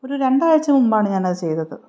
ഒരു രണ്ടാഴ്ച മുൻപാണ് ഞാനത് ചെയ്തത്